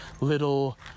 little